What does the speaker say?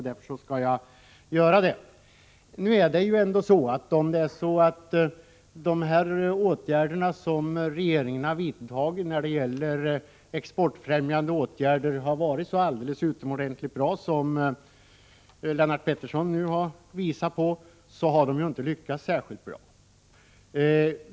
Därför gjorde jag det. Lennart Pettersson talade om regeringens fina exportfrämjande åtgärder, men dessa har ju inte lyckats särskilt bra.